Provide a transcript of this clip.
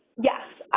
yes.